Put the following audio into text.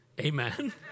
Amen